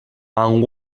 and